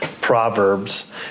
Proverbs